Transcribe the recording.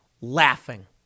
laughing